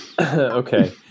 Okay